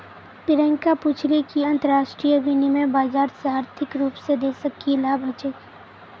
प्रियंका पूछले कि अंतरराष्ट्रीय विनिमय बाजार से आर्थिक रूप से देशक की लाभ ह छे